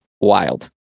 wild